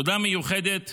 תודה מיוחדת